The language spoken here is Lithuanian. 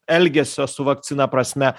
elgesio su vakcina prasme